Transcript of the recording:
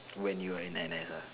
when you are in N_S